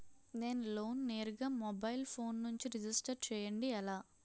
నేను లోన్ నేరుగా mobile phone నుంచి రిజిస్టర్ చేయండి ఎలా?